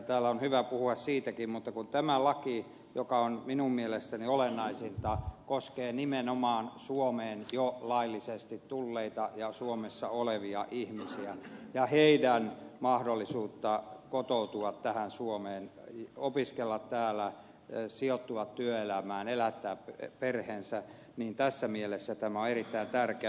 täällä on hyvä puhua siitäkin mutta kun tämä laki joka on minun mielestäni olennaisin koskee nimenomaan suomeen jo laillisesti tulleita ja suomessa olevia ihmisiä ja heidän mahdollisuuttaan kotoutua suomeen opiskella täällä sijoittua työelämään elättää perheensä niin tässä mielessä tämä on erittäin tärkeä